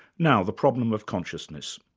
now the problem of consciousness.